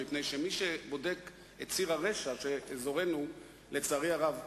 אבל בדרך אני מוציא את הפתק, הולך לטלפון ומתקשר: